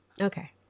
Okay